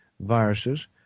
viruses